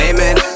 Amen